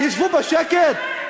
ישבו בשקט?